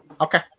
Okay